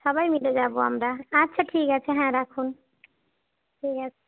সবাই মিলে যাব আমরা আচ্ছা ঠিক আছে হ্যাঁ রাখুন ঠিক আছে